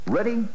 Ready